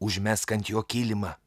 užmesk ant jo kilimą